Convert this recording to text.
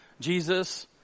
Jesus